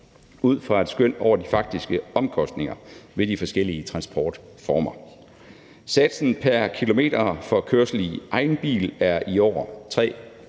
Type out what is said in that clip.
ud fra et skøn over de faktiske omkostninger ved de forskellige transportformer. Satsen pr. kilometer for kørsel i egen bil er i år 3